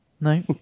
No